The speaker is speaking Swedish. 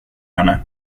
henne